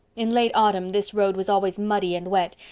in late autumn this road was always muddy and wet,